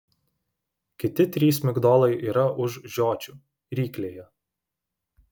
kiti trys migdolai yra už žiočių ryklėje